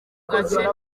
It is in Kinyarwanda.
gace